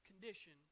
condition